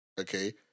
okay